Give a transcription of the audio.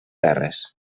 terres